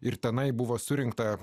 ir tenai buvo surinkta